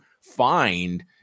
find